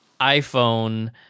iPhone